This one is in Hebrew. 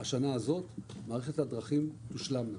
השנה הזאת מערכת הדרכים תושלם.